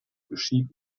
geschieht